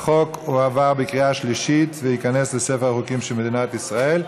החוק הועבר בקריאה שלישית וייכנס לספר החוקים של מדינת ישראל.